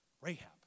Rahab